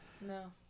No